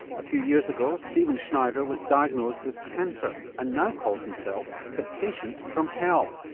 a few years ago, stephen schneider was diagnosed with cancer and now calls himself the patient from hell.